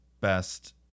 Best